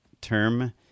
term